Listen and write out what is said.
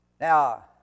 Now